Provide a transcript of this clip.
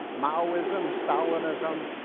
maoism, stalinism,